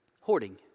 Hoarding